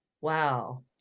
wow